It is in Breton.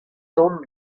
tan